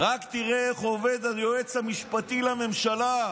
רק תראה איך עובד היועץ המשפטי לממשלה.